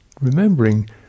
remembering